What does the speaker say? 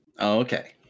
Okay